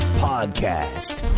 Podcast